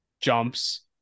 jumps